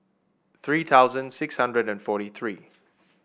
three thousand six hundred and forty three